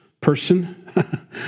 person